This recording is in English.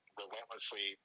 relentlessly